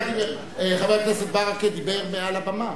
חבר הכנסת ברכה דיבר מעל הבמה